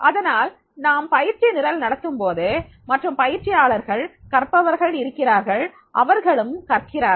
அதனால் நாம் பயிற்சி நிரல் நடத்தும்போது மற்றும் பயிற்சியாளர்கள் கற்பவர்கள் இருக்கிறார்கள் அவர்களும் கற்கிறார்கள்